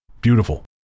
beautiful